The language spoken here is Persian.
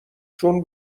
چون